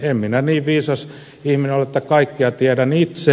en minä niin viisas ihminen ole että kaikkea tiedän itse